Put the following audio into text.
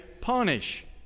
punish